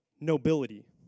nobility